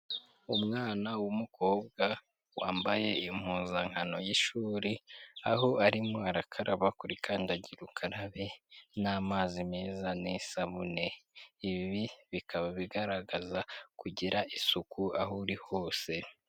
Umwana w'umukobwa wambaye impuzankano y'ishuri, aho arimo arakaraba kuri kandagira ukarabe n'amazi meza n'isabune. Ibi bikaba bigaragaza kugira isuku aho uri hose.